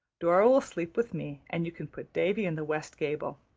dora will sleep with me and you can put davy in the west gable.